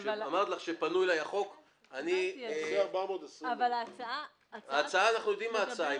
תקבע 420,000. אבל ההצעה מדברת --- אנחנו יודעים מה ההצעה,